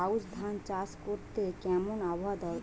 আউশ ধান চাষ করতে কেমন আবহাওয়া দরকার?